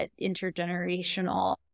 intergenerational